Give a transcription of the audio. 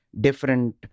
different